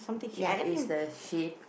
ya it's a shape